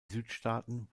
südstaaten